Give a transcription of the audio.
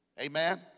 Amen